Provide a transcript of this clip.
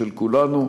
של כולנו,